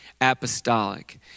apostolic